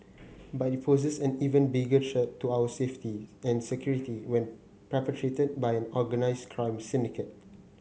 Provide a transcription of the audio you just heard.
but it poses an even bigger threat to our safeties and security when perpetrated by an organised crime syndicate